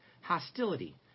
hostility